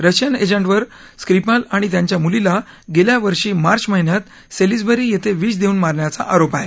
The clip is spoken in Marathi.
रशियन एजंटसवर स्क्रीपल आणि त्याच्या मुलीला गेल्या वर्षी मार्च महिन्यात सेलिसबरी येथे विष देऊन मारण्याच्या आरोप आहे